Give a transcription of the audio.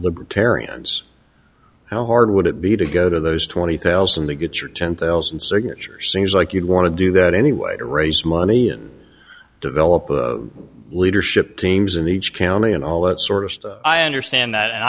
libertarians how hard would it be to go to those twenty thousand to get your ten thousand signatures seems like you'd want to do that anyway to raise money and develop leadership teams in each county and all that sort of stuff i understand